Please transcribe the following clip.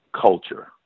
culture